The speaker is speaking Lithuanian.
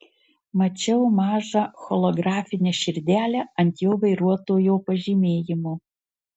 mačiau mažą holografinę širdelę ant jo vairuotojo pažymėjimo